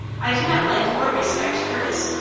i do not like or respect curtis,